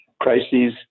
crises